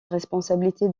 responsabilité